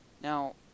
now